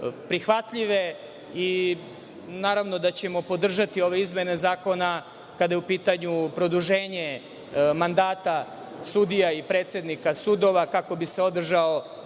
prihvatljive i naravno da ćemo podržati ove izmene zakona, kada je u pitanju produženje mandata sudija i predsednica sudova, kako bi se održao